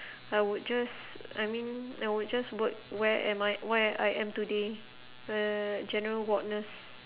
I would just I mean I would just work where am I where I am today a general ward nurse